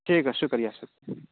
ٹھیک ہے شکریہ شکریہ